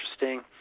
interesting